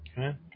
Okay